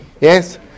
Yes